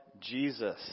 Jesus